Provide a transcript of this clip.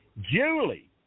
Julie